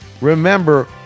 remember